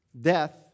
Death